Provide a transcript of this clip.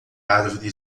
árvore